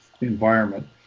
environment